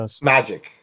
magic